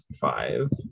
five